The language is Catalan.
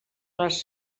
les